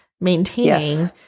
maintaining